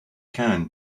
can